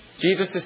Jesus